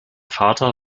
vater